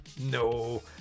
No